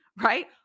right